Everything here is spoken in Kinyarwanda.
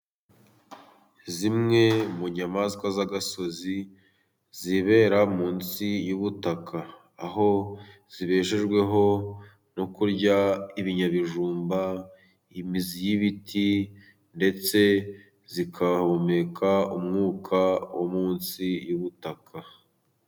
Zimwe mu nyamaswa z'agasozi zibera munsi y'ubutaka. Aho zibeshejweho no kurya ibinyabijumba, imizi y'ibiti, ndetse zigahumeka umwuka wo munsi y'ubutaka.